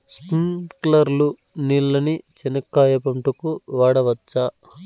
స్ప్రింక్లర్లు నీళ్ళని చెనక్కాయ పంట కు వాడవచ్చా?